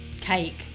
cake